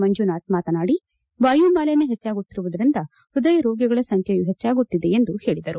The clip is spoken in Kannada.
ಮಂಜುನಾಥ್ ಮಾತನಾಡಿ ವಾಯುಮಾಲಿನ್ದ ಹೆಚ್ಚಾಗುತ್ತಿರುವುದರಿಂದ ಪೃದಯ ರೋಗಿಗಳ ಸಂಖ್ಯೆಯೂ ಹೆಚ್ಚಾಗುತ್ತಿದೆ ಎಂದು ಹೇಳಿದರು